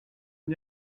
n’y